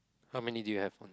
how many did you have